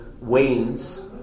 wanes